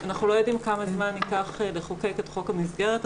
אנחנו לא יודעים כמה זמן ייקח לחוקק את חוק המסגרת.